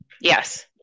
Yes